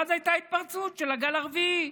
ואז הייתה התפרצות של הגל הרביעי.